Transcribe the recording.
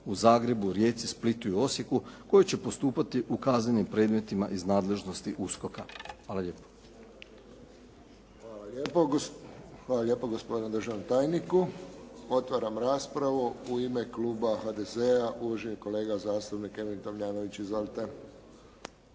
u Zagrebu, Splitu, Rijeci i Osijeku koji će postupati u kaznenim predmetima iz nadležnosti USKOK-a. Hvala lijepo. **Friščić, Josip (HSS)** Hvala lijepo gospodinu državnom tajniku. Otvaram raspravu. U ime kluba HDZ-a uvaženi zastupnik Emil Tomljanović. Izvolite.